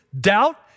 doubt